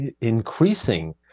increasing